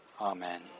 Amen